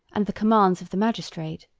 and the commands of the magistrate,